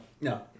No